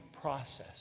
process